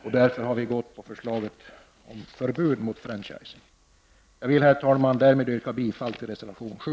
Vi i vpk stöder därför förslaget om ett förbud mot franchising. Herr talman! Jag yrkar härmed bifall till reservation nr 7.